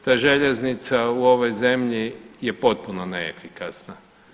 Ta željeznica u ovoj zemlji je potpuno neefikasna.